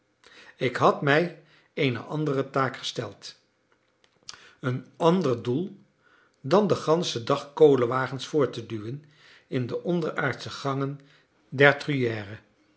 ik had mij eene andere taak gesteld een ander doel dan den ganschen dag kolenwagens voort te duwen in de onderaardsche gangen der